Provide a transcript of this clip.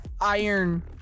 Iron